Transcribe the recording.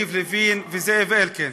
יריב לוין וזאב אלקין